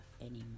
anymore